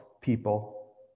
people